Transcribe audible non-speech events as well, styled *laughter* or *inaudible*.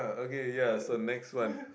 yeah *laughs*